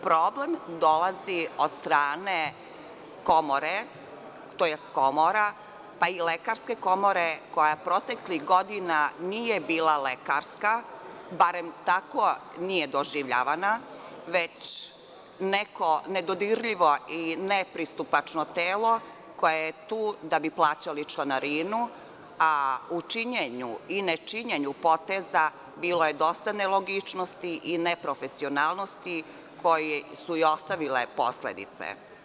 Problem dolazi od strane komore, tj. komora, pa i Lekarske komore koja proteklih godina nije bila lekarska, barem tako nije doživljavana, već neko nedodirljivo i nepristupačno telo koje je tu da bi plaćali članarinu, a u činjenju i ne činjenju poteza bilo je dosta nelogičnosti i neprofesionalnosti koje su i ostavile posledice.